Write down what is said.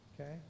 Okay